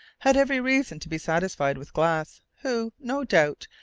had every reason to be satisfied with glass, who, no doubt,